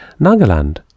Nagaland